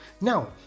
Now